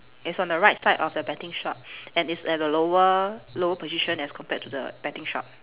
it's on the right side of the betting shop and it's at the lower lower position as compared to the betting shop